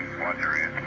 watts area.